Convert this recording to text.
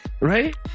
Right